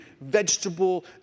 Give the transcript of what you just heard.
vegetable